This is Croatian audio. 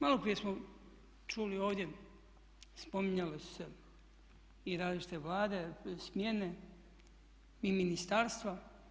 Malo prije smo čuli ovdje, spominjale su se i različite Vlade, smjene i ministarstva.